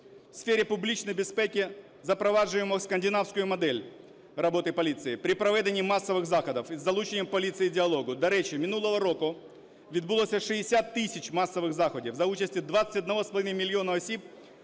В сфері публічної безпеки запроваджуємо скандинавську модель роботи поліції при проведені масових заходів, із залученням поліції діалогу. До речі, минулого року відбулося 60 тисяч масових заходів за участі 21,5 мільйона осіб.